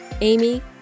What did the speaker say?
Amy